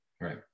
Right